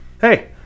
hey